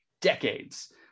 decades